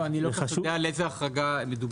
אני לא כל כך יודע על איזה החרגה מדובר.